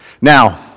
Now